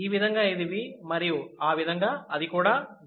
ఈ విధంగా ఇది V మరియు ఆ విధంగాదిశలో అది కూడా V